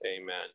amen